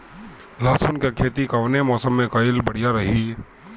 लहसुन क खेती कवने मौसम में कइल बढ़िया रही?